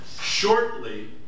Shortly